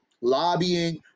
lobbying